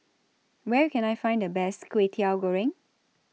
Where Can I Find The Best Kwetiau Goreng